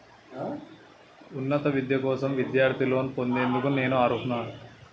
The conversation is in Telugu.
నా ఉన్నత విద్య కోసం విద్యార్థి లోన్ పొందేందుకు నేను అర్హులా?